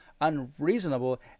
unreasonable